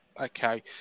Okay